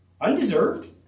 Undeserved